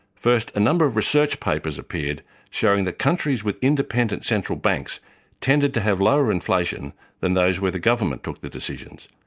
first, a number of research papers appeared showing the countries with independent central banks tended to have lower inflation than those where the government took the decisions,